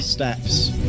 steps